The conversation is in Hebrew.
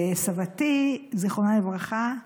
סבתי, זיכרונה לברכה,